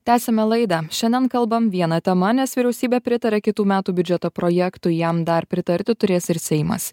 tęsiame laidą šiandien kalbam viena tema nes vyriausybė pritarė kitų metų biudžeto projektui jam dar pritarti turės ir seimas